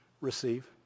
Receive